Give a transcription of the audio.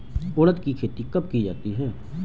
उड़द की खेती कब की जाती है?